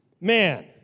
man